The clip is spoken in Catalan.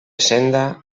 senda